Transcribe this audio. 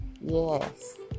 Yes